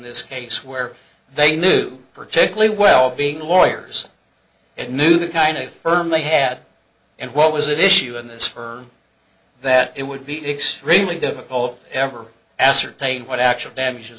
this case where they knew particularly well being lawyers and knew the kind of firm they had and what was it issue in this firm that it would be extremely difficult ever ascertain what actual damages